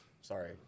sorry